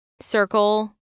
circle